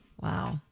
Wow